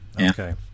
Okay